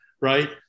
right